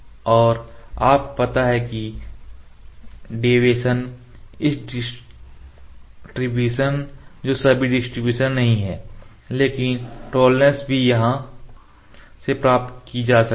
और आपको पता है कि यह डेविएशन इस डिस्ट्रीब्यूशन जो सही में डिस्ट्रीब्यूशन नहीं है लेकिन टोलरेंस भी यहां से प्राप्त की जा सकती है